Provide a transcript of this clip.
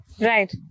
Right